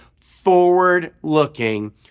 forward-looking